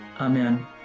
amen